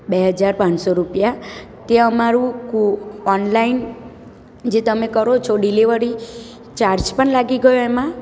બે હજાર પાંચસો રૂપિયા તે અમારું કું ઓનલાઇન જે તમે કરો છો ડિલિવરી ચાર્જ પણ લાગી ગયો એમાં